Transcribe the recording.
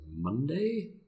Monday